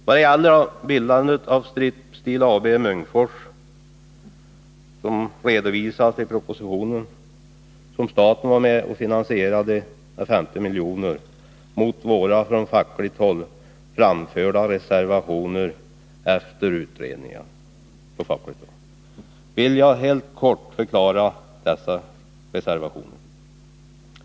Beträffande bildandet av Strip Steel AB i Munkfors — som staten var med och finansierade med 50 milj.kr., trots våra efter utredningen från fackligt håll framförda reservationer — vill jag helt kort förklara våra reservationer.